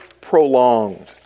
prolonged